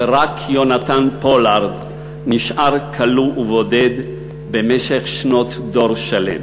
ורק יהונתן פולארד נשאר כלוא בודד במשך שנות דור שלם,